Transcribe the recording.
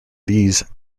these